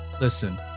Listen